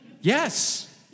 Yes